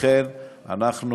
לכן אנחנו